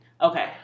okay